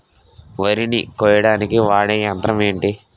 వరి ని కోయడానికి వాడే యంత్రం ఏంటి?